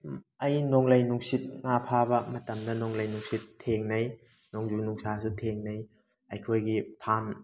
ꯑꯩ ꯅꯣꯡꯂꯩ ꯅꯨꯡꯁꯤꯠ ꯉꯥ ꯐꯥꯕ ꯃꯇꯝꯗ ꯅꯣꯡꯂꯩ ꯅꯨꯡꯁꯤꯠ ꯊꯦꯡꯅꯩ ꯅꯣꯡꯖꯨ ꯅꯨꯡꯁꯥꯁꯨ ꯊꯦꯉꯅꯩ ꯑꯩꯈꯣꯏꯒꯤ ꯐꯥꯝ